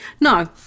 No